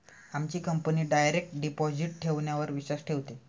आमची company direct deposit ठेवण्यावर विश्वास ठेवते